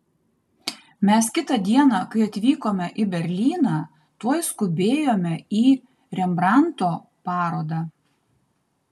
mes kitą dieną kai atvykome į berlyną tuoj skubėjome į rembrandto parodą